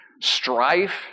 Strife